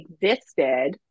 existed